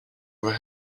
never